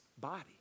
body